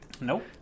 Nope